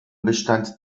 bestand